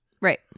Right